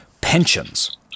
pensions